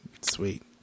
Sweet